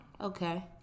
okay